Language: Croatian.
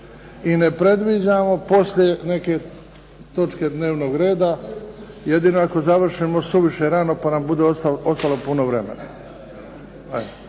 i ne predviđamo poslije neke točke dnevnog reda. Jedino ako završimo suviše rano pa nam ostane puno vremena.